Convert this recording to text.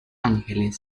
ángeles